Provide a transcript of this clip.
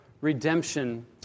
redemption